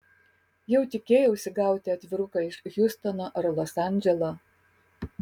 jau tikėjausi gauti atviruką iš hjustono ar los andželo